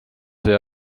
see